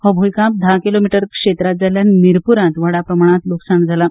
हो भुंयकांप धा किलोमिटर क्षेत्रांत जाल्ल्यान मिरपूरांत व्हड प्रमाणांत ल्कसाण जालां